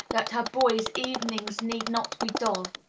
that her boys' evenings need not be dull.